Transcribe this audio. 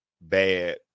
bad